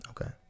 okay